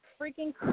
freaking